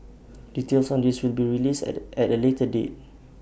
details on this will be released at the at A later date